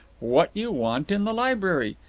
what you want in the library.